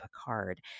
Picard